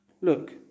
Look